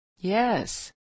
Yes